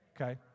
okay